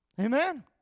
Amen